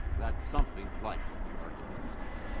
that's something like what the argument he's making.